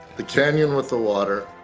the canyon with the water,